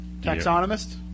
Taxonomist